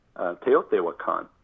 Teotihuacan